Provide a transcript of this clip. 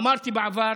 אמרתי בעבר